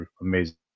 amazing